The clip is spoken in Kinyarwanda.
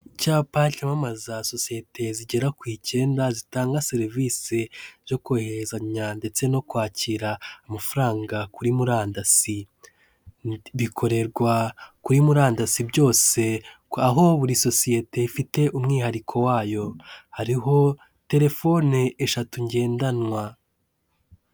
Icyapa cymamaza sosiyete zigera ku icyenda zitanga serivisi zo kohererezanya ndetse no kwakira amafaranga kuri murandasi. Bikorerwa kuri murandasi byose, aho buri sosiyete ifite umwihariko wayo. Hariho telefone eshatu ngendanwa.